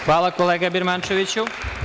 Hvala, kolega Birmančeviću.